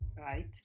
right